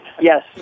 Yes